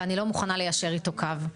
ואני לא מכונה ליישר איתו קו.